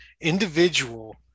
individual